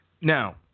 Now